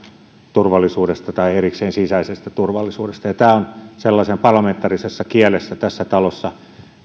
turvallisuudesta tai erikseen sisäisestä turvallisuudesta tämä on sellaisessa parlamentaarisessa kielessä tässä talossa